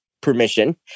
permission